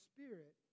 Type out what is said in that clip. Spirit